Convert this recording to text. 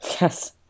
Yes